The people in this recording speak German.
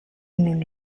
nun